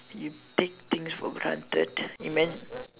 you take things for granted imagine